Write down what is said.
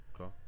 Okay